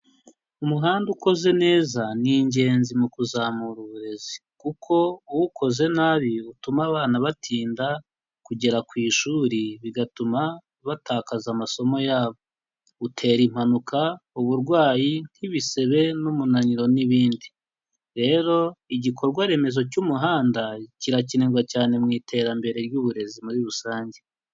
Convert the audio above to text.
Umuhanda ukoze neza, ni ingenzi mu kuzamura uburezi, kuko uwukoze nabi, butuma abana batinda kugera ku ishuri bigatuma batakaza amasomo yabo, utera impanuka, uburwayi nk'ibisebe n'umunaniro n'ibindi rero igikorwaremezo cy'umuhanda, kirakenerwa cyane mu iterambere ry'uburezi muri rusange.